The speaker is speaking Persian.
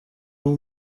اون